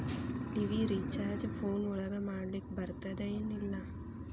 TV recharge phone ಒಳಗ ಮಾಡ್ಲಿಕ್ ಬರ್ತಾದ ಏನ್ ಇಲ್ಲ?